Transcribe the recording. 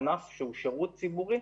ענף שהוא שירות ציבורי,